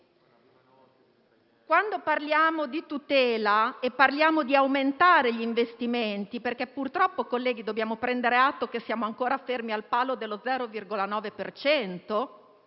Quando parliamo di tutela e di aumentare gli investimenti - purtroppo, dobbiamo prendere atto che siamo ancora fermi al palo dello 0,9